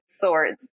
swords